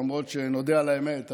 למרות שנודה על האמת,